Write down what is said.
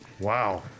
Wow